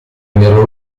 nero